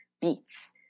beats